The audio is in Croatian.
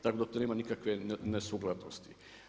Tako da to nema nikakve nesuglasnosti.